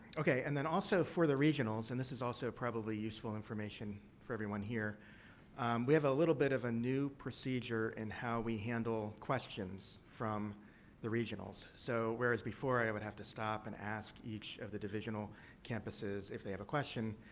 and, then also, for the regionals and this is also probably useful information for everyone here we have a little bit of a new procedure in and how we handle questions from the regionals. so, whereas before, i would have to stop and ask each of the divisional campuses if they have a question,